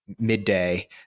midday